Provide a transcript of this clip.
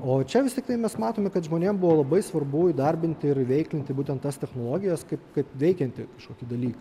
o čia vis tiktai mes matome kad žmonėm buvo labai svarbu įdarbinti ir įveiklinti būtent tas technologijas kaip kaip veikiantį kažkokį dalyką